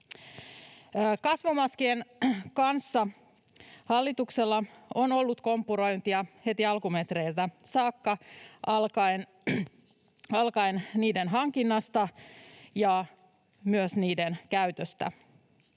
Kasvomaskien kanssa hallituksella on ollut kompurointia heti alkumetreiltä saakka, alkaen niiden hankinnasta ja myös niiden käytöstä.